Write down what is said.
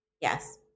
Yes